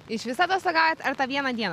išvis atostogaujat ar tą vieną dieną